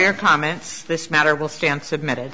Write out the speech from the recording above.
your comments this matter will stand submitted